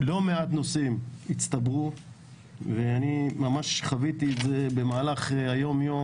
לא מעט נושאים הצטברו וחוויתי במהלך היום-יום